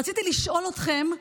רציתי לשאול אתכם: